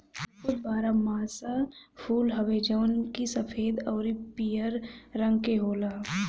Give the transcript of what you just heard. कुमुद बारहमासा फूल हवे जवन की सफ़ेद अउरी पियर रंग के होला